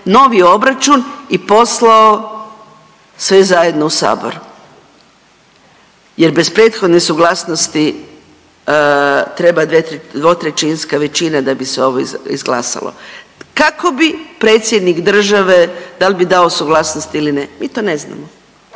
novi obračun i poslao sve zajedno u Sabor jer bez prethodne suglasnosti treba dvotrećinska većina da bi se ovo izglasalo. Kako bi Predsjednik države, da li bi dao suglasnost ili ne, mi to ne znamo.